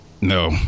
No